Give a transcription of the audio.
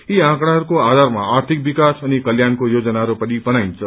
यी आँकड़ाहरूको आधारमा आर्थिक विकास अनि कल्याणको योजनाहरू बनाइन्छ